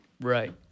Right